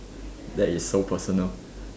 that is so personal